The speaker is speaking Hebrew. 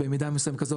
במידה מסוימת כזו,